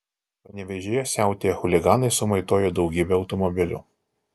panevėžyje siautėję chuliganai sumaitojo daugybę automobilių